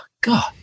God